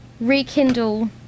rekindle